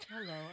Hello